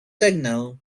signal